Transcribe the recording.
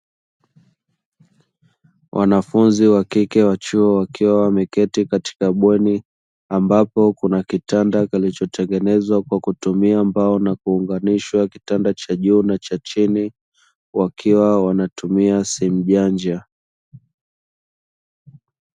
Wanafunzi wa kike wa chuo wakiwa wameketi katika bweni, ambapo kuna kitanda kilichotengenezwa kwa kutumia mbao na kuunganishwa kitanda cha juu na cha chini, wakiwa wanatumia simu janja.